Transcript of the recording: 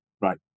Right